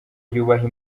yubaha